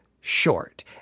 short